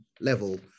level